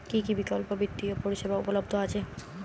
কী কী বিকল্প বিত্তীয় পরিষেবা উপলব্ধ আছে?